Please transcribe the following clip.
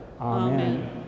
Amen